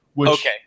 Okay